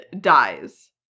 dies